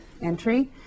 entry